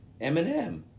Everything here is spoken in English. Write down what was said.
Eminem